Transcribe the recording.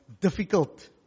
difficult